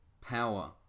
power